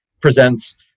presents